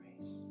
grace